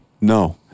No